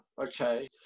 okay